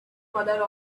mother